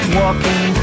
walking